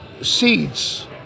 seeds